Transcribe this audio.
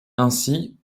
ainsi